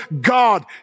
God